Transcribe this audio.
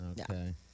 Okay